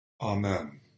Amen